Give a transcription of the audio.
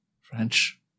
French